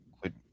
quit